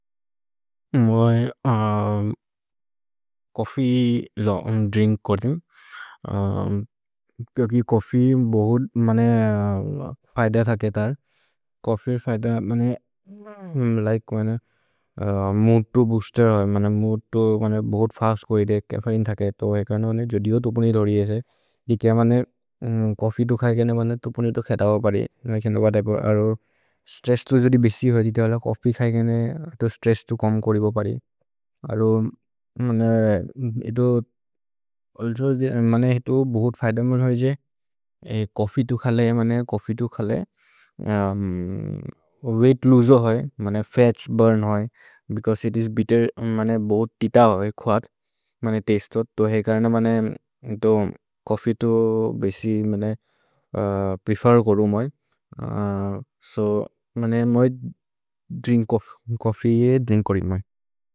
मोइ coffee drink कर्दिम्, क्यकि चोफ्फी बहुत् मने फय्द थके तर्, चोफ्फी फय्द मने मूद् तो बूस्तेर् होइ, मूद् तो बहुत् फस्त् कोहिदे चफ्फेइने थके तो होइ। कर्नो जोदि हो तोपने धरिये से, चोफ्फी तो खये केने तोपने तो खत हो परि, स्त्रेस्स् तो जोदि बिसि हो जिते वल, चोफ्फी खये केने स्त्रेस्स् तो कम् करिबो परि। अरो मने इतो बहुत् फय्द मन् होइ जे, चोफ्फी तो खले वेइघ्त् लूसेर् होइ, मने फत्स् बुर्न् होइ, बेचौसे इत् इस् बित्तेर्, मने बहुत् तित होइ खुअत्, मने तस्ते तो, तो है कर्नो मने तो चोफ्फी तो बेसि प्रेफेर् करु मोइ। सो मने मोइ द्रिन्क् चोफ्फी, चोफ्फी द्रिन्क् कर्दिम् मोइ।